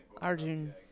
Arjun